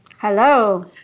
Hello